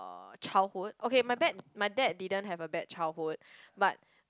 uh childhood okay my bad my dad didn't have a bad childhood but